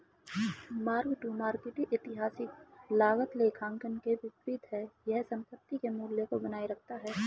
mark to market ऐतिहासिक लागत लेखांकन के विपरीत है यह संपत्ति के मूल्य को बनाए रखता है